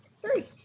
three